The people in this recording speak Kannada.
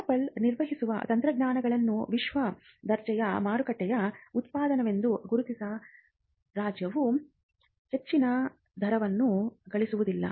ಆಪಲ್ ನಿರ್ಮಿಸಿದ ತಂತ್ರಜ್ಞಾನಗಳನ್ನು ವಿಶ್ವ ದರ್ಜೆಯ ಮಾರಾಟದ ಉತ್ಪನ್ನವೆಂದು ಗುರುತಿಸಿ ರಾಜ್ಯವು ಹೆಚ್ಚಿನ ದರವನ್ನು ಗಳಿಸುವುದಿಲ್ಲ